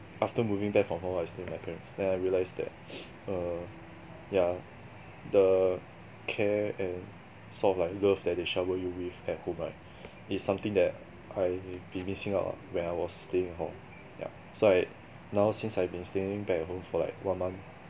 after moving back from hall I stay with my parents then I realised that err yeah the care and sort of like love that they shower you with at home right is something that I have been missing out ah when I was staying in hall yeah so I now since I've been staying back at home for like one month